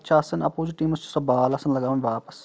پَتہٕ چھِ آسَان اَپوزِٹ ٹیٖمَس چھِ سۄ بال آسَان لگاوٕنۍ واپَس